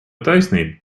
taisnība